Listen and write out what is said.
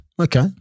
Okay